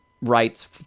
rights